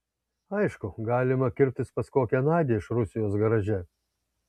aišku galima kirptis pas kokią nadią iš rusijos garaže